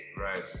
Right